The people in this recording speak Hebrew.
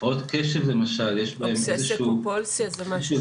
בהפרעות קשב למשל אובססיביות זה משהו